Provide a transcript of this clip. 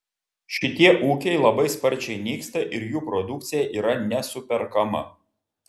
šitie ūkiai labai sparčiai nyksta ir jų produkcija yra nesuperkama